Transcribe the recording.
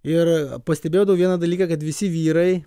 ir pastebėdavau vieną dalyką kad visi vyrai